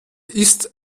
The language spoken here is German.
ist